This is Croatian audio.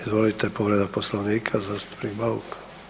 Izvolite, povreda Poslovnika, zastupnik Bauk.